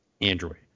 Android